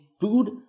food